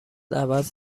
عوض